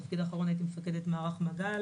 בתפקיד האחרון הייתי מפקדת מערך מגל